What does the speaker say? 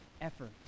effort